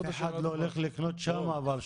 אף אחד לא הולך לקנות שם אבל שלומי,